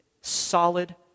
solid